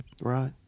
Right